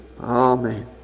Amen